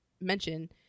mention